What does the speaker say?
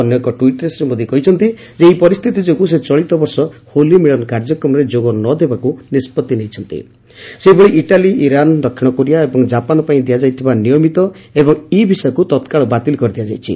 ଅନ୍ୟ ଏକ ଟ୍ୱିଟ୍ରେ ଶ୍ରୀ ମୋଦି କହିଛନ୍ତି ଏହି ପରିସ୍ଥିତି ଯୋଗୁଁ ସେ ଚଳିତ ବର୍ଷ 'ହୋଲି ମିଲନ୍' କାର୍ଯ୍ୟକ୍ରମରେ ଯୋଗ ନ ଦେବାକ୍ର ନିଷ୍ବଉି ନେଇଛନ୍ତି ସେହିଭଳି ଇଟାଲୀ ଇରାନ୍ ଦକ୍ଷିଣ କୋରିଆ ଏବଂ ଜାପାନ୍ ପାଇଁ ଦିଆଯାଇଥିବା ନିୟମିତ ଏବଂ ଇ ଭିସାକୁ ତକ୍କାଳ ବାତିଲ କରିଦିଆଯାଇଛି